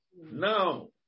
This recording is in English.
Now